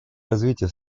развития